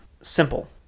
simple